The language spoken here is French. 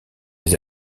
les